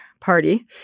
party